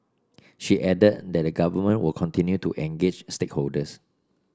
she added that the government will continue to engage stakeholders